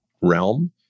realm